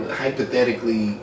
hypothetically